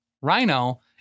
Rhino